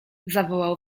zawołał